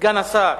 סגן השר